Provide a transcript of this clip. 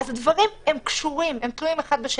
הדברים קשורים, הם תלויים אחד בשני.